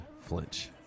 flinch